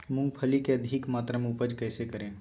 मूंगफली के अधिक मात्रा मे उपज कैसे करें?